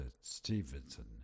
Stevenson